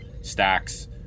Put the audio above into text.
stacks